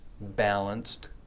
balanced